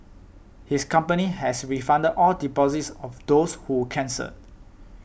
his company has refunded all deposits of those who cancelled